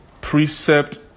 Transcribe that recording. Precept